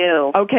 Okay